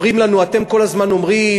אומרים לנו: אתם כל הזמן קובלים,